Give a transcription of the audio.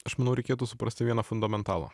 aš manau reikėtų suprasti vieną fundamentalą